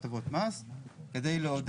הטבות מס כדי לעודד,